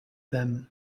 them